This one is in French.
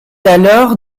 alors